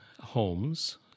homes